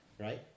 Right